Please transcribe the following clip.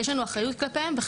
יש לנו אחריות כלפיהם.